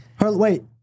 Wait